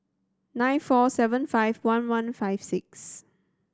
nine four seven five one one five six